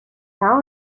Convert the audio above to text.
now